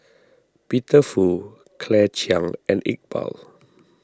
Peter Fu Claire Chiang and Iqbal